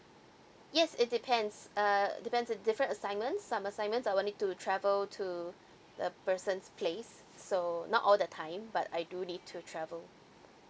yes it depends uh depends in different assignment some assignments I will need to travel to the person's place so not all the time but I do need to travel